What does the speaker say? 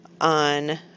on